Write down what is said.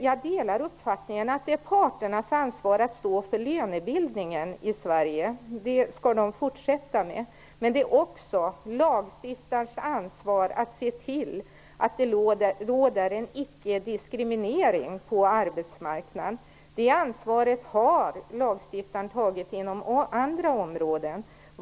Jag delar uppfattningen att det är parternas ansvar att stå för lönebildningen i Sverige - det skall de fortsätta med. Men det är också lagstiftarens ansvar att se till att det råder icke-diskriminering på arbetsmarknaden. Det ansvaret har lagstiftaren tagit inom andra områden.